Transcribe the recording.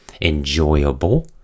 enjoyable